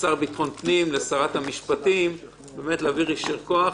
לשר לביטחון פנים, לשרת המשפטים, יישר כוח.